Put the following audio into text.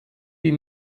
die